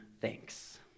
thanks